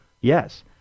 Yes